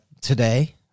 today